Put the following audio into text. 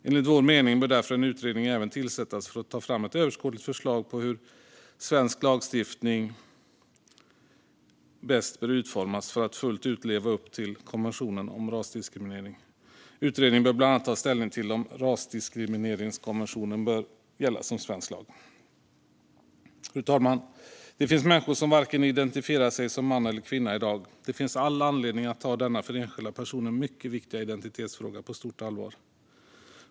Enligt vår mening bör därför en utredning även tillsättas för att ta fram ett överskådligt förslag på hur svensk lagstiftning bäst bör utformas för att fullt ut leva upp till konventionen om rasdiskriminering. Utredningen bör bland annat ta ställning till om rasdiskrimineringskonventionen bör gälla som svensk lag. Fru talman! Det finns människor som varken identifierar sig som man eller kvinna i dag. Det finns all anledning att ta denna för enskilda personer mycket viktiga identitetsfråga på stort allvar.